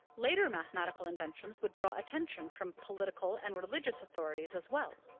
later mathematical inventions would draw attention from political and religious authorities, as well.